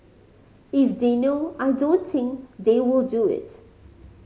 if they know I don't think they will do it